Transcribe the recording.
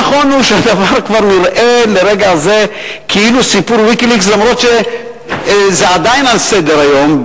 נכון שכרגע הדבר נראה כאילו סיפור "ויקיליקס" אף שזה עדיין על סדר-היום,